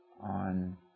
on